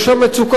יש שם מצוקה.